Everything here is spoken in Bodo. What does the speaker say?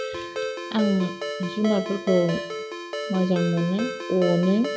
आं जुनारफोरखौ मोजां मोनो अनो